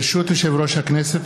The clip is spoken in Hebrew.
ברשות יושב-ראש הכנסת,